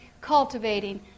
Cultivating